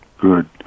good